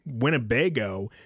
Winnebago